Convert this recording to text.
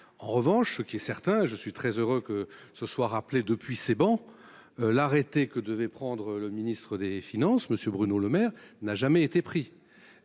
en revanche ce qui est certain, je suis très heureux que ce soit rappelé depuis ces bancs. L'arrêter que devait prendre le ministre des finances monsieur Bruno Lemaire n'a jamais été pris